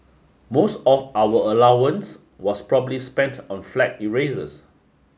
most of our allowance was probably spent on flag erasers